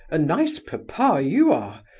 a nice papa you are!